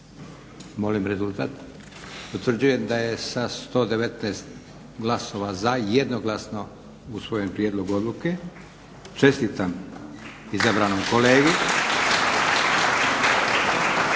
Molim rezultat. Utvrđujem da je sa 119 glasova za jednoglasno usvojen prijedlog odluke. Čestitam izabranom kolegi.